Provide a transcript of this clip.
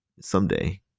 someday